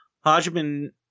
Hodgman